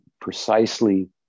precisely